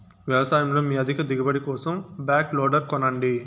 వ్యవసాయంలో మీ అధిక దిగుబడి కోసం బ్యాక్ లోడర్ కొనండి